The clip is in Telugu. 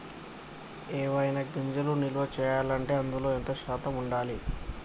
ఏవైనా గింజలు నిల్వ చేయాలంటే అందులో ఎంత శాతం ఉండాలి?